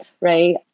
right